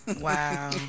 Wow